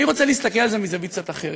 אני רוצה להסתכל על זה מזווית קצת אחרת.